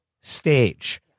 stage